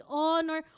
honor